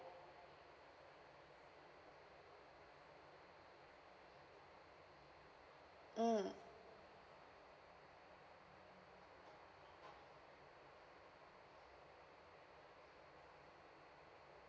mm